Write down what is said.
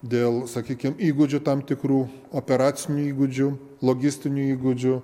dėl sakykim įgūdžių tam tikrų operacinių įgūdžių logistinių įgūdžių